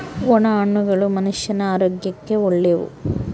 ಒಣ ಹಣ್ಣುಗಳು ಮನುಷ್ಯನ ಆರೋಗ್ಯಕ್ಕ ಒಳ್ಳೆವು